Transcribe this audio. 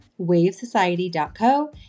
wavesociety.co